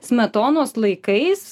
smetonos laikais